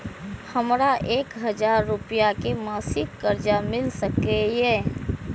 हमरा एक हजार रुपया के मासिक कर्जा मिल सकैये?